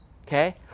okay